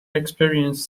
experience